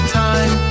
time